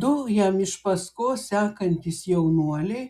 du jam iš paskos sekantys jaunuoliai